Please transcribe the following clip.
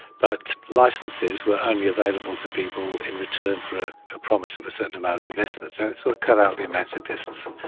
but licences were only available to people in return for a promise of a certain amount of investment. so it sort of cut out the emancipists.